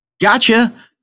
Gotcha